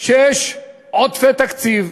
שיש עודפי תקציב,